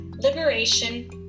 liberation